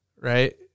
right